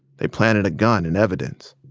they planted a gun in evidence.